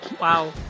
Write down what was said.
Wow